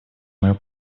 мое